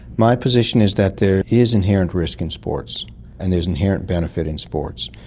my position is that there is inherent risk in sports and there's inherent benefit in sports,